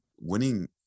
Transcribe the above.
winning